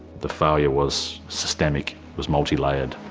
the failure was systemic, was multilayered,